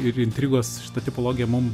ir intrigos štai tipologija mum